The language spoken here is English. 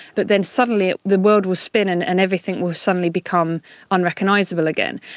but then suddenly the world will spin and and everything will suddenly become unrecognisable again.